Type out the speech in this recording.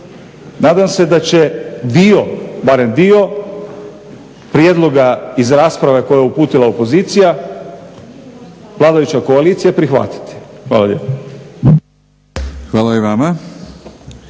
Nadam se da će dio, barem dio prijedloga iz rasprave koje je uputila opozicija vladajuća koalicija prihvatiti. Hvala lijepo.